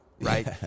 right